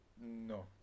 no